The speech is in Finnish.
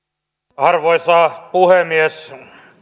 arvoisa puhemies